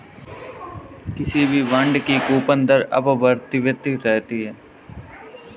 किसी भी बॉन्ड की कूपन दर अपरिवर्तित रहती है